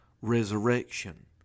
resurrection